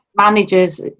Managers